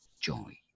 joy